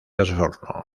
osorno